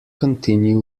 continue